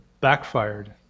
backfired